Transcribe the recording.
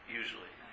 usually